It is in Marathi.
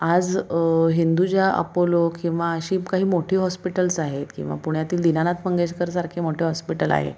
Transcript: आज हिंदुजा अपोलो किंवा अशी काही मोठी हॉस्पिटल्स आहेत किंवा पुण्यातील दिनानाथ मंगेशकरसारखे मोठे हॉस्पिटल आहे